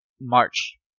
March